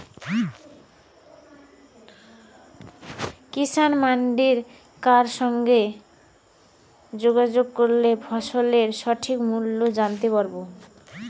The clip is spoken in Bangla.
কিষান মান্ডির কার সঙ্গে যোগাযোগ করলে ফসলের সঠিক মূল্য জানতে পারবো?